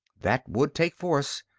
that would take force!